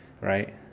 right